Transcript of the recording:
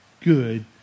good